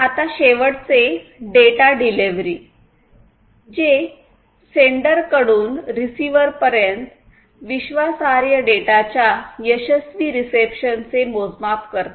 आता शेवटचे data delivery जें सेंडर कडून रिसिवर पर्यंत विश्वासार्ह डेटाच्या यशस्वी रिसेप्शनचे मोजमाप करते